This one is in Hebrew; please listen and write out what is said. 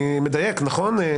אני מדייק, נכון?